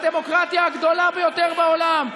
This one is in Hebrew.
בדמוקרטיה הגדולה ביותר בעולם,